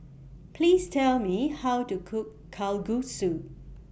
Please Tell Me How to Cook Kalguksu